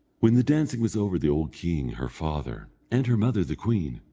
when the dancing was over, the old king, her father, and her mother the queen,